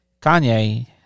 Kanye